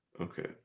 Okay